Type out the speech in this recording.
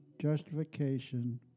justification